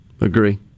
Agree